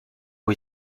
ont